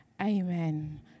Amen